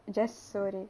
just சோறு:soru